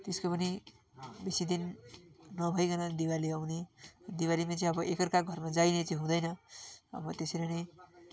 तेसको पनि बेसी दिन नभइकन दिवाली आउने दिवालीमै चाहिँ अब एकअर्काको घरमा जाइने चाहिँ हुँदैन अब त्यसरी नै